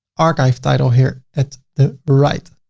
archive title here at the right.